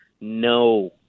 No